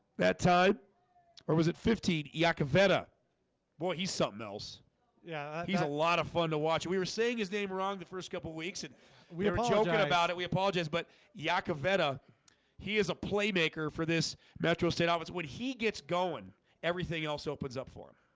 that time or was it fifteen yakavetta boy he's something else yeah he's a lot of fun to watch. we were saying his name wrong the first couple weeks and we were talking about it we apologize but yakavetta he is a playmaker for this metro state. i was would he gets going everything else opens up for him?